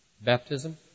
Baptism